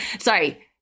Sorry